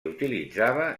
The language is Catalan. utilitzava